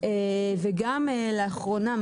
וגם לאחרונה,